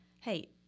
hey